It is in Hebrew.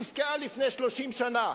הופקעה לפני 30 שנה.